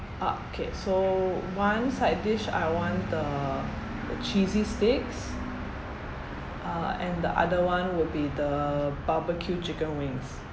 ah okay so one side dish I want the the cheesy sticks uh and the other one would be the barbecue chicken wings